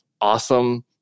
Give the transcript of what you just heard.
Awesome